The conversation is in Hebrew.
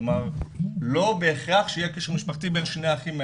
כלומר לא בהכרח שיהיה קשר משפחתי בין שני האחים האלה,